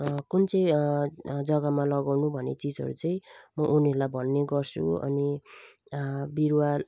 कुन चाहिँ जग्गामा लगाउनु भन्ने चिजहरू चाहिँ म उनीहरूलाई भन्नेगर्छु अनि बिरुवा